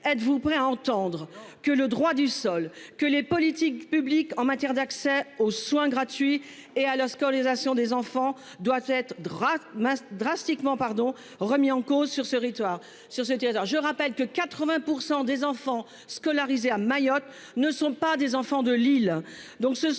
êtes-vous prêt à entendre. Que le droit du sol que les politiques publiques en matière d'accès aux soins gratuits et à l'hosto. Les actions des enfants doit être. Mince drastiquement pardon remis en cause sur ce rite sur ce territoire. Je rappelle que 80% des enfants scolarisés à Mayotte ne sont pas des enfants de Lille